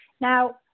Now